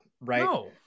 right